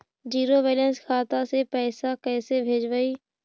Zero balance खाता से पैसा कैसे भेजबइ?